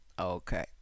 Okay